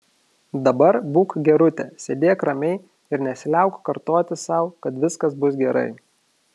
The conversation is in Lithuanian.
dabar būk gerutė sėdėk ramiai ir nesiliauk kartoti sau kad viskas bus gerai